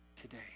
today